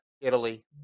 Italy